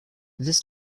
this